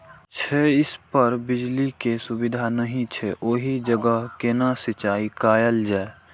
छै इस पर बिजली के सुविधा नहिं छै ओहि जगह केना सिंचाई कायल जाय?